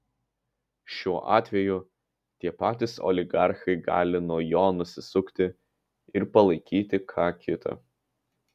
šiuo atveju tie patys oligarchai gali nuo jo nusisukti ir palaikyti ką kitą